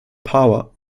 power